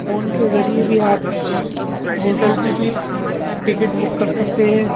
phone کے ذریعے بھی آپ ہوٹل کی بھی ٹکٹ بک کر سکتے ہے